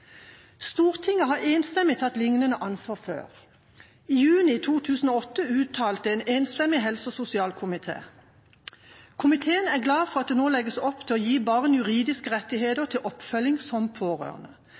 Stortinget har enstemmig tatt liknende ansvar før. I juni 2008 uttalte en enstemmig helse- og sosialkomité: «Komiteen er glad for at det nå legges opp til å gi barn juridiske